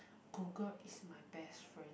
google is my best friend